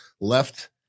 left